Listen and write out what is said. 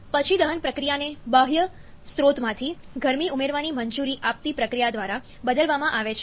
પછી દહન પ્રક્રિયાને બાહ્ય સ્ત્રોતમાંથી ગરમી ઉમેરવાની મંજૂરી આપતી પ્રક્રિયા દ્વારા બદલવામાં આવે છે